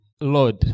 Lord